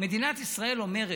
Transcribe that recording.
מדינת ישראל אומרת: